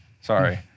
sorry